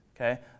Okay